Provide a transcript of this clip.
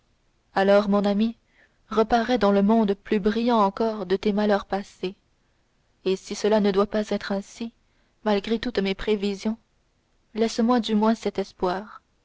alors mon ami reparais dans le monde plus brillant encore de tes malheurs passés et si cela ne doit pas être ainsi malgré toutes mes prévisions laisse-moi du moins cet espoir